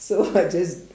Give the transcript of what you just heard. so I just